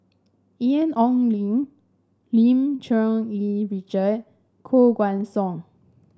Ian Ong Li Lim Cherng Yih Richard Koh Guan Song